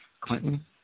Clinton